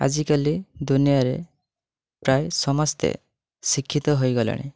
ଆଜିକାଲି ଦୁନିଆରେ ପ୍ରାୟ ସମସ୍ତେ ଶିକ୍ଷିତ ହୋଇଗଲେଣି